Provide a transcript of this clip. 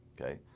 okay